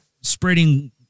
spreading